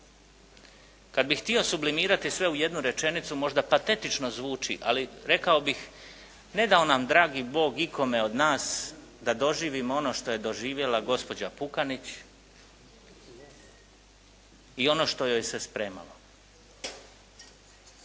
Kad bih htio sublimirati sve u jednu rečenicu možda patetično zvuči ali rekao bih ne dao nam dragi Bog nikome od nas da doživimo ono što je doživjela gospođa Pukanić i ono što joj se spremalo.